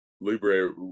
Libre